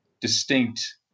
distinct